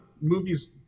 Movies